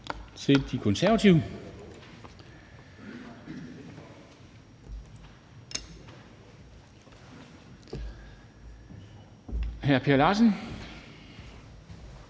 til De Konservative. Hr. Per Larsen.